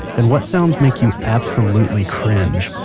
and what sounds make you absolutely cringe?